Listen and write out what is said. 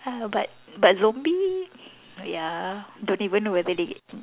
uh but but zombie ya don't even know whether they